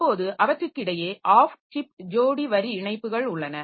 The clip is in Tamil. இப்போது அவற்றுக்கிடையே ஆஃப் சிப் ஜோடி வரி இணைப்புகள் உள்ளன